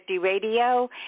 Radio